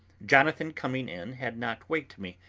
jonathan coming in had not waked me,